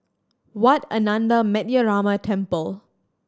Wat Ananda Metyarama Temple